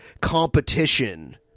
competition